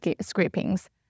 scrapings